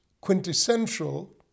quintessential